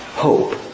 Hope